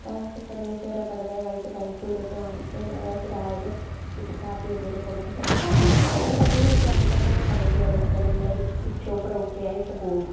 അപ്പോൾ അവരൊക്കേ ശനിയാഴ്ച് വരെ പണിതാൽ വൈകീട്ട് പണിക്കൂലിയൊക്കെ വാങ്ങിച്ച് ഞായറാഴ്ച് രാവിലെ ഇപ്പം കാപ്പിയെന്തെങ്കിലുമൊക്കെ ഉണ്ടാക്കും ചിലർ കാപ്പിയൊന്നും ഉണ്ടാക്കില്ല പത്ത് മണിയാകുമ്പം തന്നെ ചന്തക്ക് പോകാനൊക്കെ റെഡിയായി ബിഗ്ഷോപ്പറൊക്കെ ആയിട്ട് പോകും